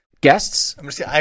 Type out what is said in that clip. guests